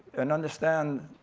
and understand,